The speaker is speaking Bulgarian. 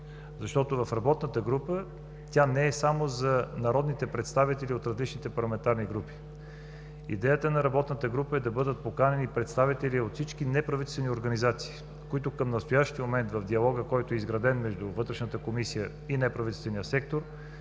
защото работната група не е само за народните представители от различните парламентарни групи. Идеята на работната група е да бъдат поканени представители от всички неправителствени организации, които към настоящия момент в диалога, който е изграден между Вътрешната комисия и неправителствения сектор,